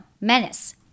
menace